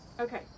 Okay